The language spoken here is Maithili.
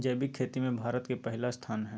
जैविक खेती में भारत के पहिला स्थान हय